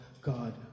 God